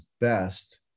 best